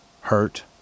hurt